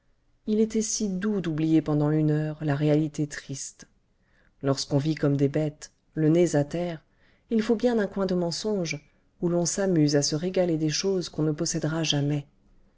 il était si doux d'oublier pendant une heure la réalité triste lorsqu'on vit comme des bêtes le nez à terre il faut bien un coin de mensonge où l'on s'amuse à se régaler des choses qu'on ne possédera jamais